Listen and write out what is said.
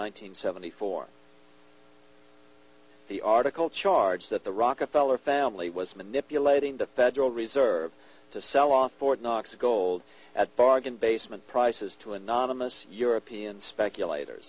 hundred seventy four the article charge that the rockefeller family was manipulating the federal reserve to sell off ford knox gold at bargain basement prices to anonymous european speculator